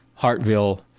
Hartville